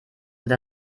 sind